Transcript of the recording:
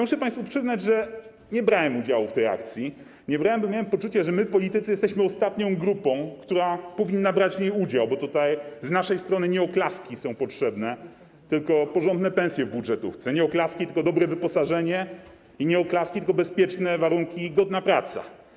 Muszę państwu przyznać, że nie brałem udziału w tej akcji, bo miałem poczucie, że my, politycy, jesteśmy ostatnią grupą, która powinna brać w niej udział, bo z naszej strony nie są potrzebne oklaski, tylko porządne pensje w budżetówce, nie oklaski, tylko dobre wyposażenie, nie oklaski, tylko bezpieczne warunki i godna praca.